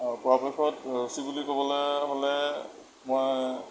আৰু পৰাপক্ষত ৰুচি বুলি ক'বলৈ হ'লে মই